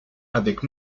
avec